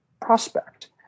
prospect